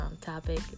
topic